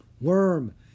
Worm